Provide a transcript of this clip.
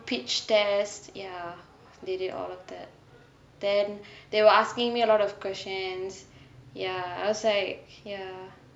pitch test ya they did all of that then they were asking me a lot of questions ya I was like ya